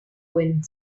wind